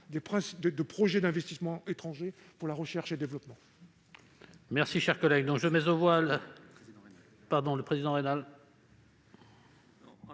des projets d'investissements étrangers pour la recherche et développement.